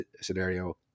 scenario